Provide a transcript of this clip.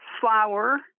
flour